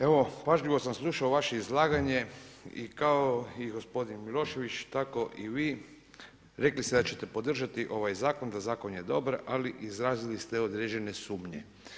Evo, pažljivo sam slušao vaše izlaganje i kao i gospodin Milošević tako i vi, rekli ste da ćete podržati ovaj zakon, da zakon je dobar ali izrazili ste određene sumnje.